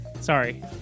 Sorry